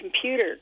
computer